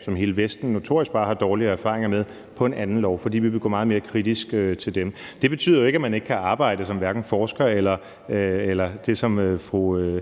som hele Vesten notorisk bare har dårlige erfaringer med, på en anden lov, fordi vi vil gå meget mere kritisk til dem. Det betyder ikke, at man ikke kan arbejde som hverken forsker eller det, som fru